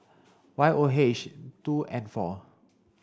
Y O H two N four